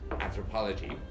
anthropology